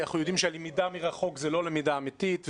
אנחנו יודעים שהלמידה מרחוק היא לא למידה אמיתית,